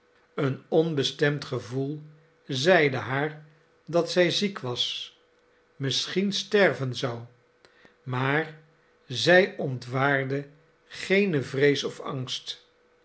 een onbestemd gevoel zeide haar dat zij ziek was misschien sterven zou maar zij ontwaardde geene vrees of angst